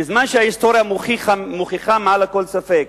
בזמן שההיסטוריה מוכיחה מעל לכל ספק